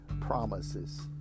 promises